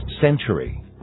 century